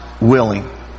willing